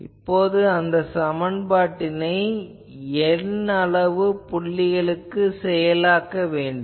இப்போது அந்த சமன்பாட்டை n அளவு புள்ளிகளுக்கு செயலாக்க வேண்டும்